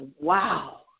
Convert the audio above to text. wow